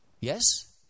Yes